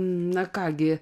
na ką gi